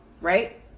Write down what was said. right